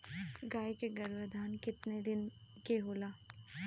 गाय के गरभाधान केतना दिन के होला?